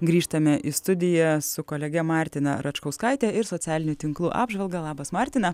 grįžtame į studiją su kolege martina račkauskaite ir socialinių tinklų apžvalga labas martina